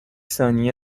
ثانیه